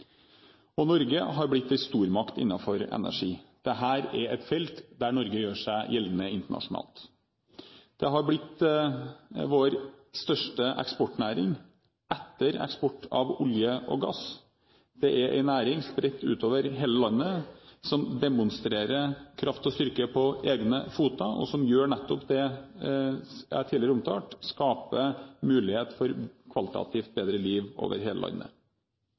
Norge har blitt en stormakt innenfor energi. Dette er et felt der Norge gjør seg gjeldende internasjonalt. Det har blitt vår største eksportnæring, etter eksport av olje og gass. Det er en næring spredt ut over hele landet som demonstrerer kraft og styrke på egne bein, og som gjør nettopp det jeg tidligere omtalte – skaper mulighet for kvalitativt bedre liv over hele landet.